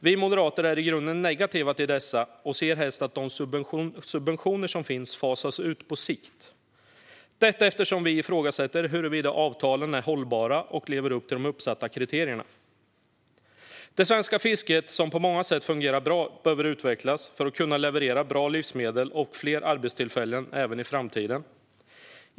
Vi moderater är i grunden negativa till dessa och ser helst att de subventioner som finns fasas ut på sikt eftersom vi ifrågasätter huruvida avtalen är hållbara och lever upp till de uppsatta kriterierna. Det svenska fisket, som på många sätt fungerar bra, behöver utvecklas för att kunna leverera bra livsmedel och fler arbetstillfällen även i framtiden.